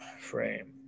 frame